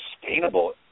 sustainable